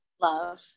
love